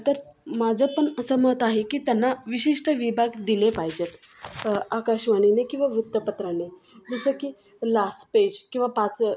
तर माझं पण असं मत आहे की त्यांना विशिष्ट विभाग दिले पाहिजेत आकाशवाणीने किंवा वृत्तपत्राने जसं की लास्ट पेज किंवा पाच